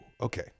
Okay